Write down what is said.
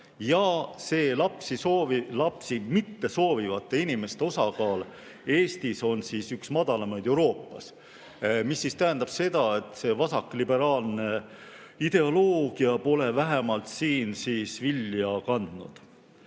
Lapsi mittesoovivate inimeste osakaal Eestis on üks madalamaid Euroopas, mis tähendab, et vasakliberaalne ideoloogia pole vähemalt siin vilja kandnud.